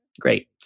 great